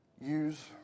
use